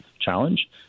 challenge